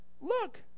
look